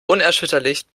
unerschütterlich